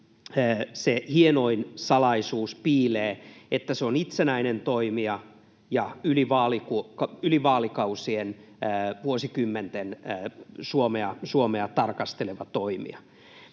hienoin salaisuus piilee, että se on itsenäinen toimija ja yli vaalikausien ja vuosikymmenten Suomea tarkasteleva toimija.